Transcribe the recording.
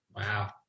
Wow